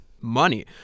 Money